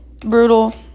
Brutal